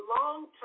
long-term